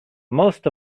most